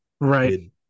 right